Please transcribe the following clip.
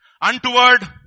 untoward